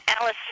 Alice